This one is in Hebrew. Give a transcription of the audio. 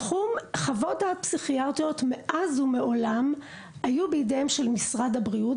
תחום חוות הדעת הפסיכיאטריות מאז ומעולם היה בידיהם של משרד הבריאות.